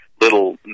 little